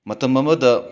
ꯃꯇꯝ ꯑꯃꯗ